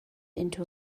into